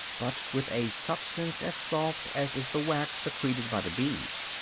but with a substance as soft as is the wax secreted by the bees.